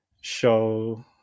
show